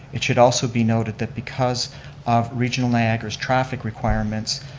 it should also be noted that because of regional niagara's traffic requirements,